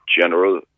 general